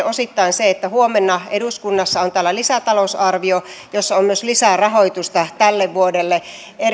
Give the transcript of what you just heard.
osittain se että huomenna eduskunnassa on täällä lisätalousarvio jossa on myös lisärahoitusta tälle vuodelle